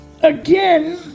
again